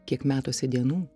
kiek metuose dienų